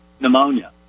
pneumonia